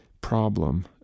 problem